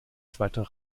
zweiter